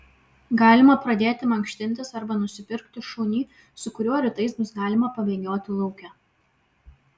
galima pradėti mankštintis arba nusipirkti šunį su kuriuo rytais bus galima pabėgioti lauke